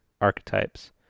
archetypes